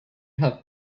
have